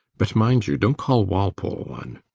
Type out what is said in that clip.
but mind you, dont call walpole one.